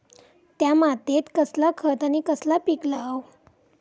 त्या मात्येत कसला खत आणि कसला पीक लाव?